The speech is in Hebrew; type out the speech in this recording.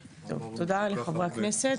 תודה לחברי הכנסת.